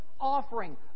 offering